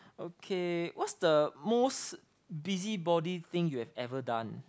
okay what's the most busybody thing you have ever done